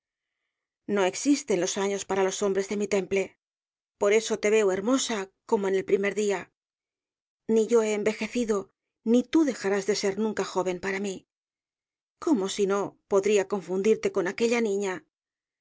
no existen los años para los hombres de mi temple por eso te veo hermosa como en el primer día ni yo he envejecido ni tú dejarás de ser nunca joven para mí cómo si no podría confundirte con aquella niña